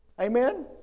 Amen